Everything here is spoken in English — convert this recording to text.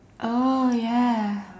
oh ya